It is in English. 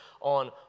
on